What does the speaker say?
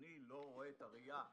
אני לא רואה את הראייה הכלל-אזורית,